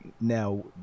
now